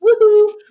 Woohoo